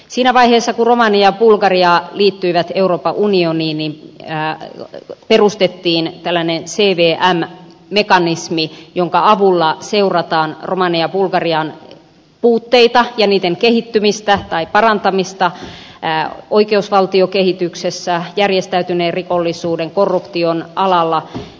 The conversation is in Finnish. siinä vaiheessa kun romania ja bulgaria liittyivät euroopan unioniin perustettiin tällainen cvm mekanismi jonka avulla seurataan romanian ja bulgarian puutteita ja niiden parantamista oikeusvaltiokehityksessä järjestäytyneen rikollisuuden korruption alalla